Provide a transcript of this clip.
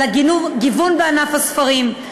על הגיוון בענף הספרים,